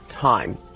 time